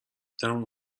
تموم